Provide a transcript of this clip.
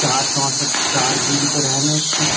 چار چونسٹھ چار جی بی تو ریم ہے اس کی